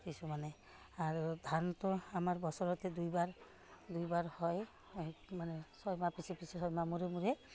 কিছুমানে আৰু ধানটো আমাৰ বছৰতে দুবাৰ দুবাৰ হয় এই মানে ছমাহৰ পিছে পিছে ছমাহৰ মূৰে মূৰে